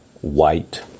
white